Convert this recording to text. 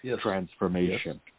transformation